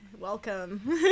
welcome